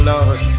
Lord